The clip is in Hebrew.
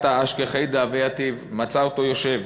אתא אשכחיה דהווה יתיב, מצא אותו יושב.